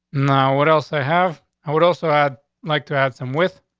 know what else i have? i would also add, like to add some with